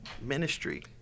ministry